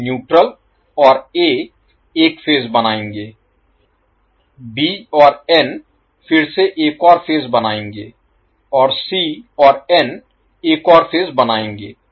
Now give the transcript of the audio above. तो न्यूट्रल और A एक फेज बनाएंगे B और N फिर से एक और फेज बनाएंगे और C और N एक और फेज बनाएंगे